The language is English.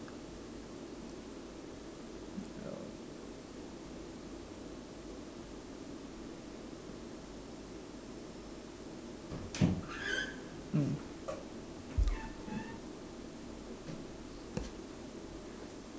mm